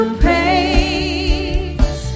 praise